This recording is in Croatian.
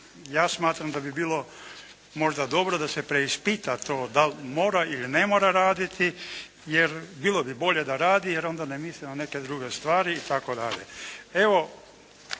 ja smatram da bi bilo možda dobro da se preispita to da li mora ili ne mora raditi jer bilo bi bolje da radi jer onda ne misli na neke druge stvari itd.